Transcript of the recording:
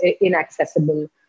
inaccessible